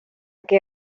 qué